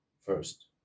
first